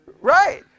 Right